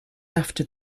after